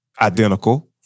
identical